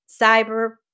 Cyber